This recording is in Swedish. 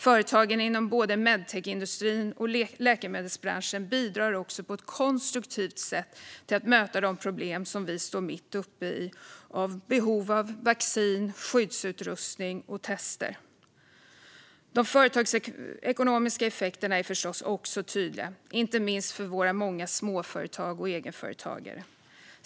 Företagen inom både medtechindustrin och läkemedelsbranschen bidrar också på ett konstruktivt sätt till att möta de problem som vi står mitt uppe i med behov av vaccin, skyddsutrustning och tester. De företagsekonomiska effekterna är förstås också tydliga, inte minst för våra många småföretag och egenföretagare.